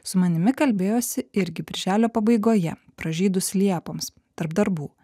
su manimi kalbėjosi irgi birželio pabaigoje pražydus liepoms tarp darbų